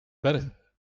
bergen